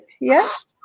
yes